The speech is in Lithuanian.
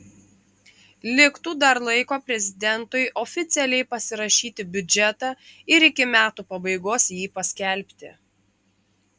liktų dar laiko prezidentui oficialiai pasirašyti biudžetą ir iki metų pabaigos jį paskelbti